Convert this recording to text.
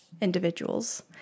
individuals